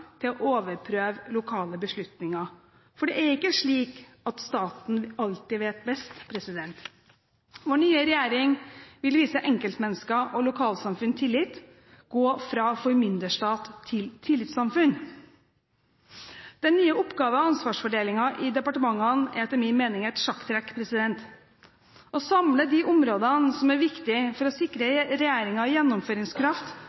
til å overprøve lokale beslutninger, for det er ikke slik at staten alltid vet best. Vår nye regjering vil vise enkeltmennesker og lokalsamfunn tillit, gå fra formynderstat til tillitssamfunn. Den nye oppgave- og ansvarsfordelingen i departementene er etter min mening et sjakktrekk – å samle de områdene som er viktige for å sikre